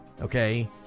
Okay